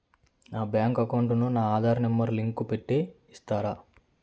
నా bank account కు నా ఆధార్ నెంబర్ లింకు పెట్టి ఇస్తారా?